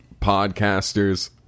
podcasters